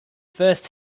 first